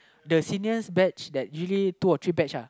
the seniors batch that usually two or three batch lah